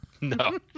no